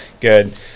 good